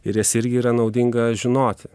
ir jas irgi yra naudinga žinoti